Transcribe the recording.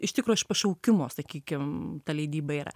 iš tikro iš pašaukimo sakykim ta leidyba yra